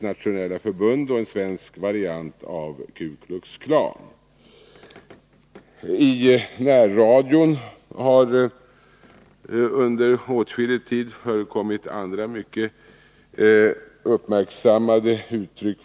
Det framfördes där krav på att de rasistiska organistionerna måste kartläggas.